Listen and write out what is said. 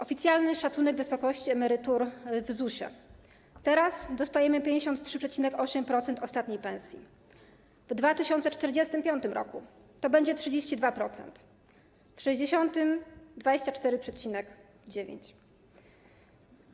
Oficjalny szacunek wysokości emerytur w ZUS: teraz dostajemy 53,8% ostatniej pensji, w 2045 r. to będzie 32%, w 2060 r. - 24,9%.